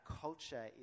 culture